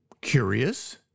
curious